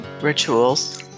rituals